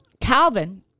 Calvin